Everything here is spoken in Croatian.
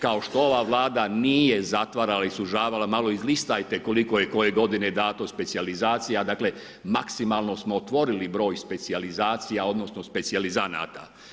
Kao što ova vlada nije zatvarala i sužavala malo izlistajte koliko je koje godine dato specijalizacija, dakle, maksimalno smo otvorili broj specijalizacija, odnosno, specijalizanata.